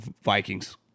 Vikings